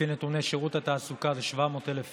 לפי נתוני שירות התעסוקה זה 700,000 איש.